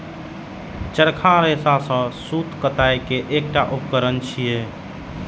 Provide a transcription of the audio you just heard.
चरखा रेशा सं सूत कताइ के एकटा उपकरण छियै